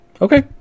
Okay